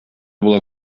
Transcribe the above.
була